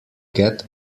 get